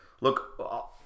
Look